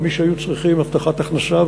אל מי שהיו צריכים הבטחת הכנסה,